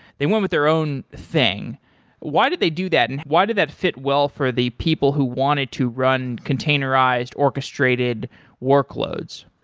they went with their own thing why did they do that and why did that fit well for the people who wanted to run containerized orchestrated workloads?